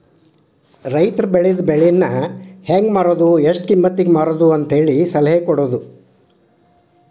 ರೈತರು ಬೆಳೆದ ಬೆಳೆಯನ್ನಾ ಹೆಂಗ ಮಾರುದು ಎಷ್ಟ ಕಿಮ್ಮತಿಗೆ ಮಾರುದು ಅಂತೇಳಿ ಸಲಹೆ ಕೊಡುದು